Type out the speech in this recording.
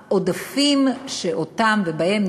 הממשלה השכילה והשקיעה מיליארדים בחינוך.